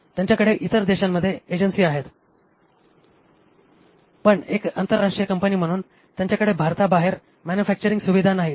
त्यांच्याकडे इतर देशांमध्ये एजन्सी आहेत पण एक आंतरराष्ट्रीय कंपनी म्हणून त्यांच्याकडे भारताबाहेर मॅन्युफॅक्चरिंग सुविधा नाहीत